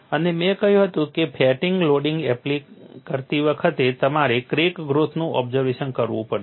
અને મેં કહ્યું હતું કે ફેટિગ લોડિંગ એપ્લાય કરતી વખતે તમારે ક્રેક ગ્રોથનું ઓબ્ઝર્વેશન કરવું પડશે